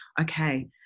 okay